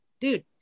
dude